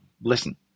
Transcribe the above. Listen